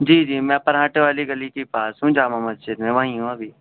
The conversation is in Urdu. جی جی میں پراٹھے والی گلی کے پاس ہوں جامع مسجد میں وہیں ہوں ابھی